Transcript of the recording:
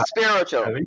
spiritual